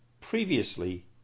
previously